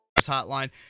...hotline